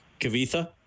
Kavitha